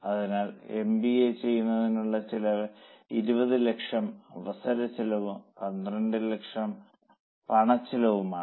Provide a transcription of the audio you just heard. അതിനാൽ എംബിഎ ചെയ്യുന്നതിനുള്ള ചെലവ് 20 ലക്ഷം അവസര ചെലവും 12 ലക്ഷം പണച്ചെലവുമാണ്